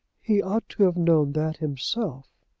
he ought to have known that himself.